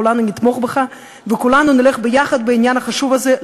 כולנו נתמוך בך וכולנו נלך ביחד בעניין החשוב הזה,